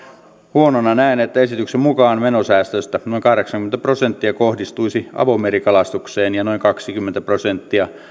huonona näen sen että esityksen mukaan menosäästöistä noin kahdeksankymmentä prosenttia kohdistuisi avomerikalastukseen ja noin kaksikymmentä prosenttia